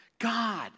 God